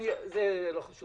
אני מבקש מאוד,